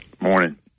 Morning